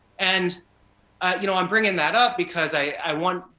and i you know am bringing that up, because i want,